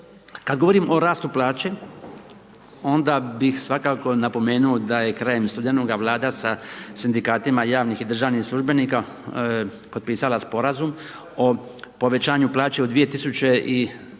Kada govorim o rastu plaće, onda bih svakako napomenuo, da je krajem studenoga vlada sa sindikatima javnih i državnih službenika potpisala sporazum o povećanju plaće u 2019.